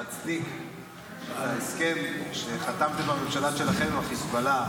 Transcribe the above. להצדיק את ההסכם שחתמתם בממשלה שלכם עם החיזבאללה,